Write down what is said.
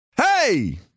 Hey